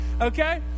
Okay